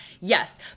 Yes